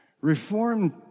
Reformed